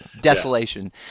desolation